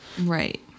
right